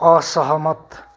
असहमत